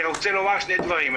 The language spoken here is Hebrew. אני רוצה לומר שני דברים.